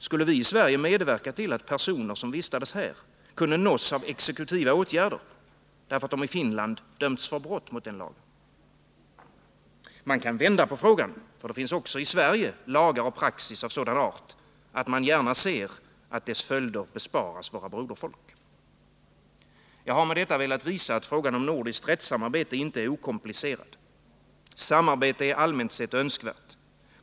Skulle vi i Sverige medverka till att personer som vistades här kunde nås av exekutiva åtgärder, därför att de i Finland dömts för brott mot den lagen? Man kan vända på frågan, ty det finns också i Sverige lagar och praxis av sådan art, att man gärna ser att dess följder besparas våra broderfolk. Jag har med detta velat visa att frågan om nordiskt rättssamarbete inte är okomplicerad. Samarbete är allmänt sett önskvärt.